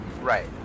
Right